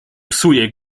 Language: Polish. psuję